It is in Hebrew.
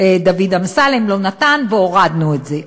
דוד אמסלם לא נתן, והורדנו את זה.